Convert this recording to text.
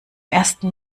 ersten